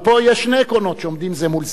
אבל פה יש שני עקרונות שעומדים זה מול זה.